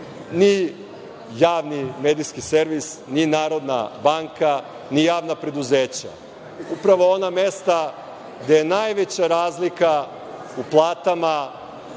ni javni medijski servis, ni Narodna banka, ni javna preduzeća, upravo ona mesta gde je najveća razlika u platama